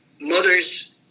mother's